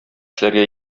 эшләргә